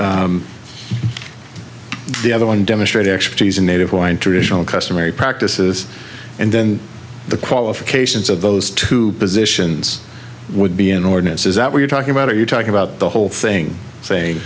and the other one demonstrate expertise in native wine traditional customary practices and then the qualifications of those two positions would be in ordinances that we're talking about are you talking about the whole thing saying